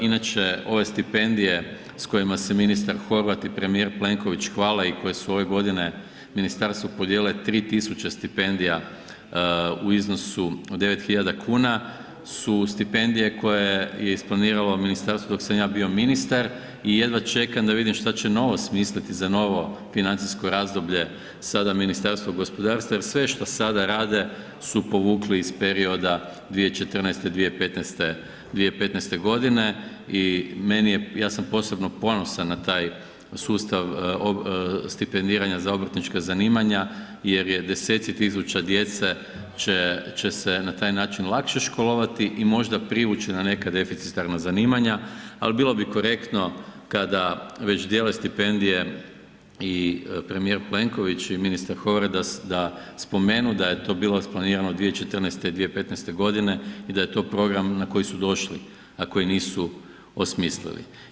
Inače ove stipendije s kojima se ministar Horvat i premijer Plenković hvale i koje su ove godine ministarstvu podijelile 3000 stipendija u iznosu od 9.000 kuna su stipendije koje je isplaniralo ministarstvo dok sam ja bio ministar i jedva čekam da vidim šta će novo smisliti za novo financijsko razdoblje sada Ministarstvo gospodarstva, jer sve što sada rade su povukli iz perioda 2014.-2015. godine i meni je, ja sam posebno ponosan na taj sustav stipendiranja za obrtnička zanimanja jer je 10-ci tisuća djece će se na taj način lakše školovati i možda privući na neka deficitarna zanimanja, al bilo bi korektno kada već dijele stipendije i premijer Plenković i ministar Horvat da spomenu da je to bilo isplanirano 2014. i 2015. godine i da je to program na koji su došli, a koji nisu osmislili.